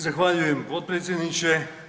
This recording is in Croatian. Zahvaljujem potpredsjedniče.